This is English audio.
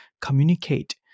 communicate